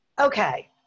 Okay